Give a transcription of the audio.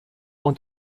und